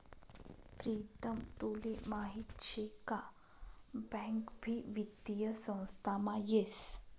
प्रीतम तुले माहीत शे का बँक भी वित्तीय संस्थामा येस